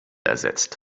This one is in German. ersetzt